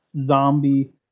zombie